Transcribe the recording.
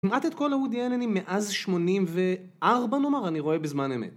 כמעט את כל הוודי אלנים מאז 84 נאמר, אני רואה בזמן אמת.